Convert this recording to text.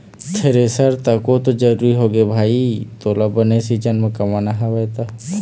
thresher तको तो जरुरी होगे भाई तोला बने सीजन म कमाना हवय त